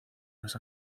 los